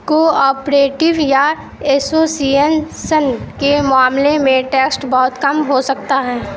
کو آپریٹیو یا association کے معاملے میں ٹیکسٹ بہت کم ہو سکتا ہے